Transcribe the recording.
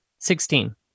Sixteen